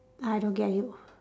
I don't get you